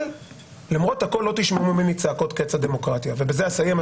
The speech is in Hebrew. אבל למרות הכל לא תשמעו צעקות "קץ הדמוקרטיה" ובזה אסיים,